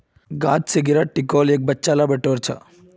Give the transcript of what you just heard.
गाछ स गिरा टिकोलेक बच्चा ला हाथ स बटोर छ